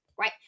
right